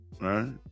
right